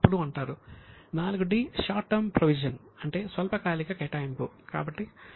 4 'd'షార్ట్ term provision అంటే స్వల్పకాలిక కేటాయింపు